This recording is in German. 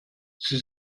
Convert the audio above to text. sie